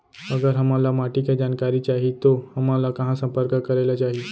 अगर हमन ला माटी के जानकारी चाही तो हमन ला कहाँ संपर्क करे ला चाही?